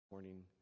Morning